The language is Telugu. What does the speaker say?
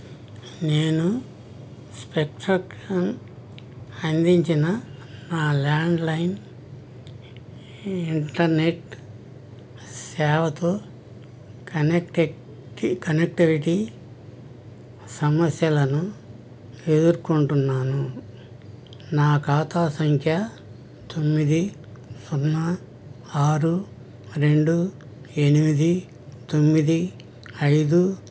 నేను స్పెక్ట్రం అందించిన నా ల్యాండ్లైన్ ఇంటర్నెట్ సేవతో కనెక్టెక్ కనెక్టవిటీ సమస్యలను ఎదుర్కొంటున్నాను నా ఖాతా సంఖ్య తొమ్మిది సున్నా ఆరు రెండు ఎనిమిది తొమ్మిది ఐదు